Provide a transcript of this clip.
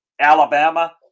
Alabama